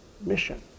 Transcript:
mission